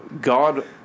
God